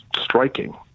striking